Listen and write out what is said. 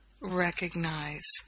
recognize